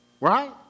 Right